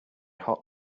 hot